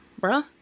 bruh